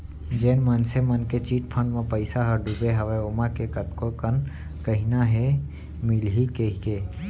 जेन मनसे मन के चिटफंड म पइसा ह डुबे हवय ओमा के कतको झन कहिना हे मिलही कहिके